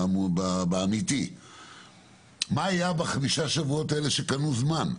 מה היה בחמשת השבועות האלה שקנו זמן?